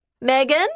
Megan